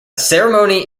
ceremony